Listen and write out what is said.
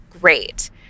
great